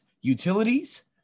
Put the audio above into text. Utilities